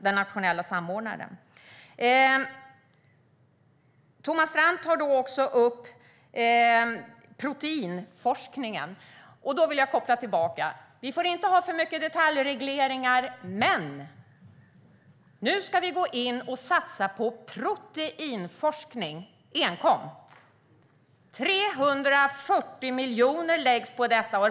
Det andra är proteinforskningen som Thomas Strand också tar upp, och då vill jag koppla tillbaka: Han säger att vi inte får ha för mycket detaljregleringar, men nu ska vi gå in och satsa på proteinforskning - enkom! Det läggs 340 miljoner på detta.